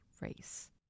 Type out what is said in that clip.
race